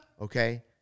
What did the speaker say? okay